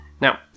Now